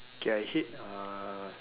okay I hate uh